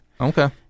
okay